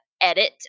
edit